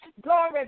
Glory